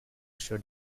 should